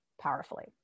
powerfully